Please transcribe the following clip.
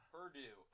Purdue